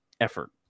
effort